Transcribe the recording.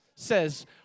Says